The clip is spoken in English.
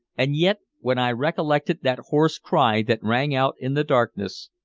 and yet when i recollected that hoarse cry that rang out in the darkness,